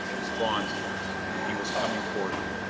spawn's voice! he was coming toward me!